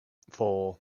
four